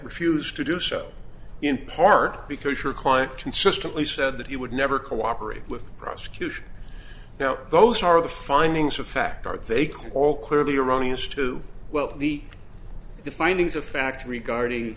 refused to do so in part because your client consistently said that you would never cooperate with the prosecution now those are the findings of fact are taken all clearly erroneous to well the the findings of fact regarding